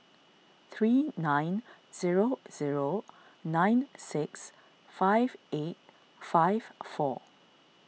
three nine zero zero nine six five eight five four